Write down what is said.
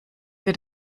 wird